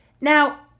Now